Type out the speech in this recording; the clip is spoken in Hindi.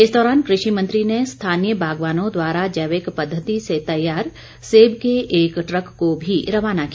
इस दौरान कृषि मंत्री ने स्थानीय बागवानों द्वारा जैविक पद्धति से तैयार सेब के एक ट्रक को भी रवाना किया